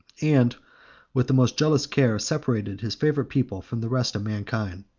and with the most jealous care separated his favorite people from the rest of mankind.